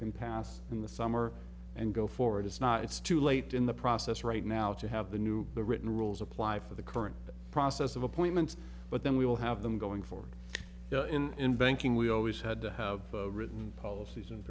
can pass in the summer and go forward it's not it's too late in the process right now to have the new the written rules apply for the current process of appointments but then we will have them going forward in banking we always had to have written policies and